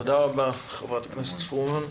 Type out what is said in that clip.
תודה רבה, חברת הכנסת פרומן.